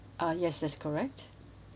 uh yes that's correct